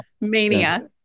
mania